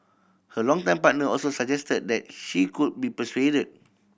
her longtime partner also suggested that she could be persuaded